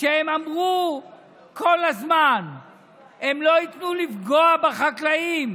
שאמרו כל הזמן שהם לא ייתנו לפגוע בחקלאים,